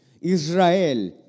Israel